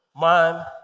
man